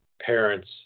parents